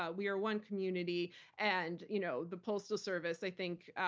ah we are one community and you know the postal service, i think,